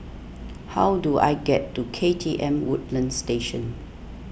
how do I get to K T M Woodlands Station